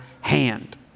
hand